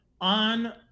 on